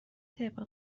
طبق